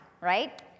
right